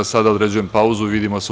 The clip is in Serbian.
Sada određujem pauzu i vidimo se u